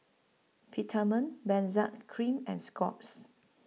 Peptamen Benzac Cream and Scott's